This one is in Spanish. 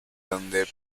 donde